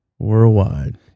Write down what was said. Worldwide